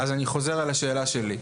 אז אני חוזר על השאלה שלי,